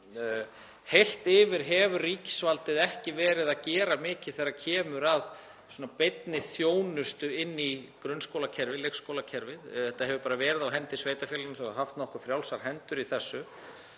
heilt yfir hefur ríkisvaldið ekki verið að gera mikið þegar kemur að svona beinni þjónustu inn í grunnskóla- og leikskólakerfið. Þetta hefur verið á hendi sveitarfélaga sem hafa haft nokkuð frjálsar hendur í þessu.